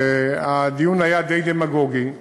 הדיון היה די דמגוגי,